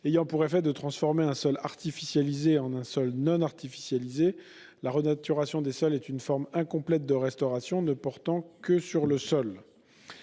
ayant pour effet de transformer un sol artificialisé en un seul non artificialisé. C'est ainsi une forme incomplète de restauration ne portant que sur le sol.